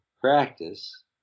practice